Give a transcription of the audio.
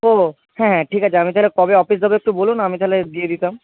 ও হ্যাঁ ঠিক আছে আমি তাহলে কবে অফিস যাবো একটু বলুন আমি তাহলে দিয়ে দিতাম